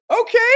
Okay